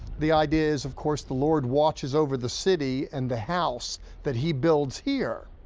the idea is, of course, the lord watches over the city and the house that he builds here.